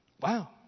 Wow